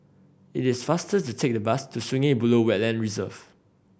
it is faster to take the bus to Sungei Buloh Wetland Reserve